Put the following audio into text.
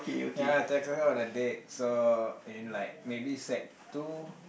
ya tackle her on the date so in like maybe sec two